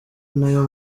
nayo